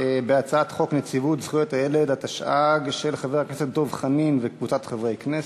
הצעתה של חברת הכנסת אבקסיס: בעד, 21, נגד, אפס.